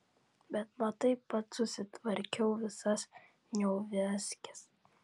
bet matai pats susitvarkiau visas neuviazkes